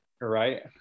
right